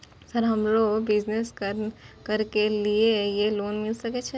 Sir हमरो business करके ली ये लोन मिल सके छे?